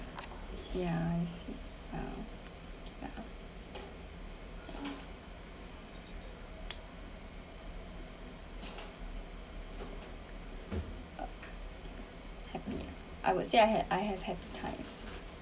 ya I see ya ya uh happy I would say I have I have happy times